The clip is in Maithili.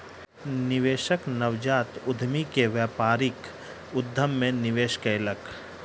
निवेशक नवजात उद्यमी के व्यापारिक उद्यम मे निवेश कयलक